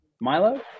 Milo